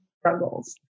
struggles